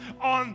on